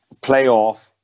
Playoff